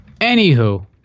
Anywho